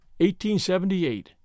1878